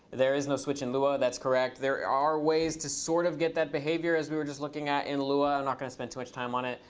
there is no switch in lua. that's correct. there are ways to sort of get that behavior as we were just looking at in lua. i'm not going to spend too much time on it.